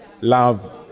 love